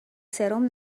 سرم